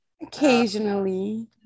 occasionally